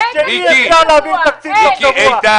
אי אפשר להביא תקציב תוך שבוע.